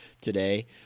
today